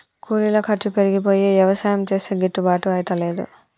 కూలీల ఖర్చు పెరిగిపోయి యవసాయం చేస్తే గిట్టుబాటు అయితలేదు